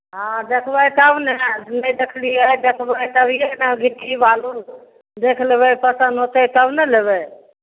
हॅं देखबै तब ने नहि देखलियै देखबै तभिये ने गिट्टी बालू देख लेबै पसन्द होतै तब ने लेबै